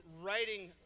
writing